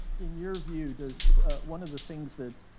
in your view, does one of the things that